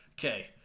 okay